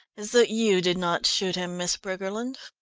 is that you did not shoot him, miss briggerland.